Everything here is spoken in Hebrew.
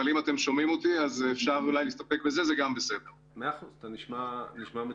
אבל אם אתם שומעים אותי זה גם בסדר ואפשר להסתפק בזה.